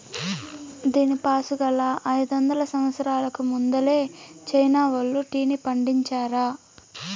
దీనిపాసుగాలా, అయిదొందల సంవత్సరాలకు ముందలే చైనా వోల్లు టీని పండించారా